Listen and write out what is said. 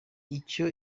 icyo